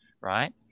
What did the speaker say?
right